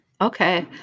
Okay